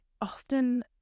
often